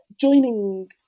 joining